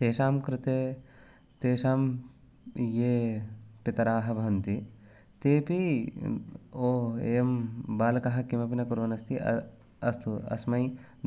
तेषां कृते तेषां ये पितराः भवन्ति तेऽपि ओ एवं बालकः किमपि न कुर्वन् अस्ति अस्तु अस्मै